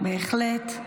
בהחלט.